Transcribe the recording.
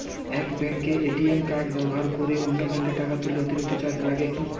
এক ব্যাঙ্কের ATM card ব্যবহার করে অন্য ব্যঙ্কে টাকা তুললে অতিরিক্ত চার্জ লাগে কি?